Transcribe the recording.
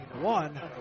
one